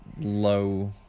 low